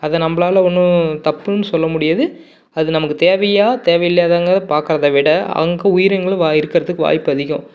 அதை நம்பளால் ஒன்றும் தப்புன்னு சொல்ல முடியாது அது நமக்கு தேவையா தேவை இல்லையாங்கறத பார்க்கறத விட அங்கு உயிரினங்களும் வா இருக்கிறதுக்கு வாய்ப்பு அதிகம்